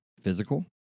physical